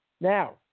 Now